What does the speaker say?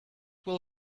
will